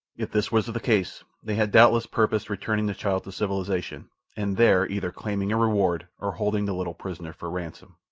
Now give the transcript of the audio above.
if this was the case, they had doubtless purposed returning the child to civilization and there either claiming a reward or holding the little prisoner for ransom.